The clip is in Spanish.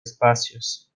espacios